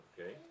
Okay